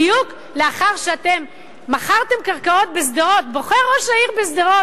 בדיוק לאחר שאתם מכרתם קרקעות בשדרות בוכה ראש העיר בשדרות,